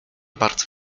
bardzo